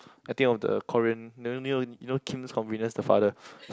I think of the Korean you know you know Kim's Convenience the father